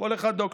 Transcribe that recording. כל אחד דוקטור,